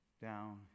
down